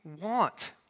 want